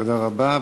תודה רבה.